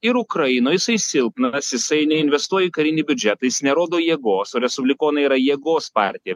ir ukrainoj jisai silpnas jisai neinvestuoja į karinį biudžetą jis nerodo jėgos o respublikonai yra jėgos partija